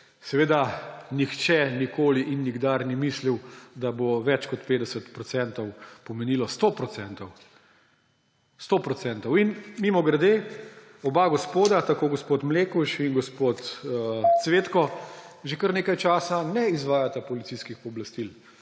Seveda nihče nikoli in nikdar ni mislil, da bo več kot 50 % pomenilo 100 %. In mimogrede, oba gospoda, gospod Mlekuš in gospod Cvetko, že kar nekaj časa ne izvajata policijskih pooblastil.